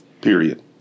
period